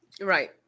right